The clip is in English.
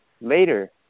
later